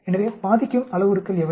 எனவே பாதிக்கும் அளவுருக்கள் எவை